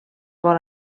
vol